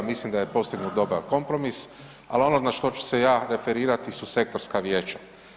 Mislim da je postignut dobar kompromis, ali ono na što ću se ja referirati su sektorska vijeća.